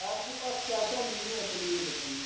आपके पास क्या क्या मीनू है पहले यह बताइए